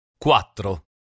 Quattro